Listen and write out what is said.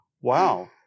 Wow